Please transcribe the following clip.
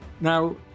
Now